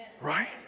right